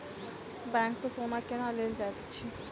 bank सँ सोना केना लेल जाइत अछि